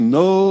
no